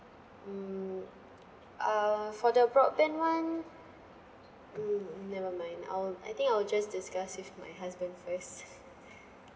mm ah for the broadband one mm never mind I'll I think I'll just discuss with my husband first